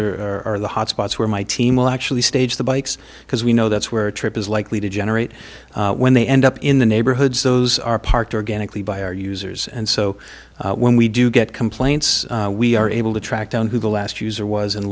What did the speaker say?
are the hot spots where my team will actually stage the bikes because we know that's where a trip is likely to generate when they end up in the neighborhoods those are parked organically by our users and so when we do get complaints we are able to track down who the last user was